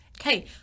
Okay